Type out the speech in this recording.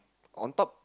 on top